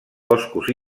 boscos